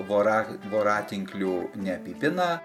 vora voratinkliu neapipina